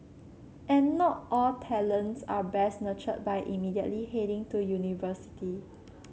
and not all talents are best nurtured by immediately heading to university